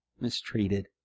mistreated